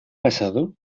pasado